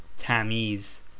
Tamiz